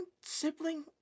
Sibling